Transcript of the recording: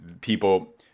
people